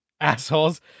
assholes